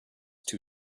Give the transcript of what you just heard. too